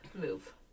move